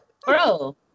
Bro